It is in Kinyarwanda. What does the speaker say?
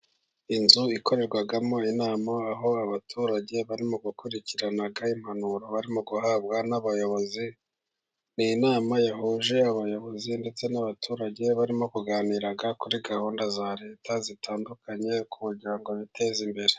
Inzu ikorerwamo inama, aho abaturage bari mu gukurikirana impanuro barimo guhabwa n'abayobozi, ni inama yahuje abayobozi ndetse n'abaturage ,barimo kuganira kuri gahunda za leta zitandukanye, kugira ngo biteze imbere.